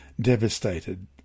devastated